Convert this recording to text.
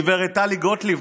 גב' טלי גוטליב,